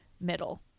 middle